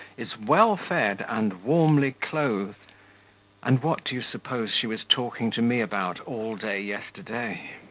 is well fed, and warmly clothed and what do you suppose she was talking to me about, all day yesterday?